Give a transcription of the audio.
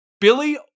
Billy